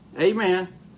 Amen